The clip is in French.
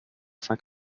cinq